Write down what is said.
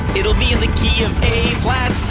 it'll be in the key of